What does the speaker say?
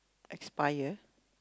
aspire